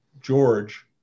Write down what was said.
George